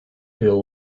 the